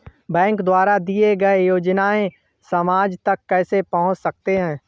Bank द्वारा दिए गए योजनाएँ समाज तक कैसे पहुँच सकते हैं?